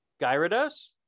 Gyarados